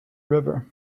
river